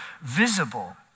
visible